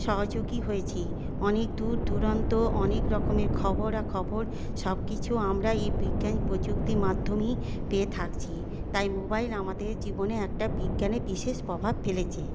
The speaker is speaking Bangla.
সহযোগী হয়েছে অনেক দূর দূরান্ত অনেক রকমের খবরা খবর সবকিছু আমরা এই বিজ্ঞান প্রযুক্তির মাধ্যমে পেয়ে থাকছি তাই মোবাইল আমাদের জীবনে একটা বিজ্ঞানে বিশেষ প্রভাব ফেলেছে